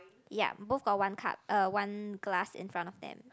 ya both got one cup uh one glass in front of them